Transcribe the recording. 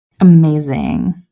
Amazing